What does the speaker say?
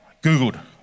Googled